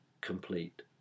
complete